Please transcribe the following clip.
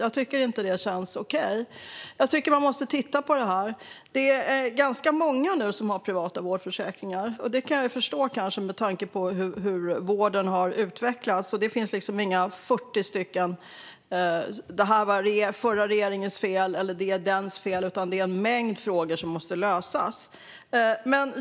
Jag tycker inte att det känns okej. Man måste titta på det. Det är nu ganska många som har privata vårdförsäkringar. Det kan jag kanske förstå med tanke på hur vården har utvecklats. Det går inte att säga att det var den förra regeringens fel eller någon annans fel, utan det är en mängd frågor som måste lösas.